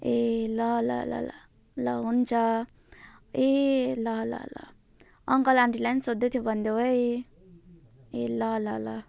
ए ल ल ल ल ल हुन्छ ए ल ल ल अङ्कल आन्टीलाई नि सोध्दै थियो भन्देऊ है ए ल ल ल